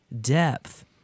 depth